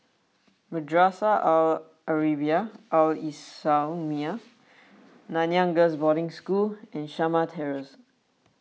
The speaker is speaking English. Madrasah Al Arabiah Al Islamiah Nanyang Girls' Boarding School and Shamah Terrace